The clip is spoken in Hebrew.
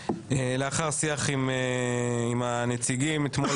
לאחר שיח עם הנציגים אתמול,